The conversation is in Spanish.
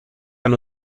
han